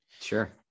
Sure